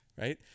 right